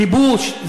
כיבוש.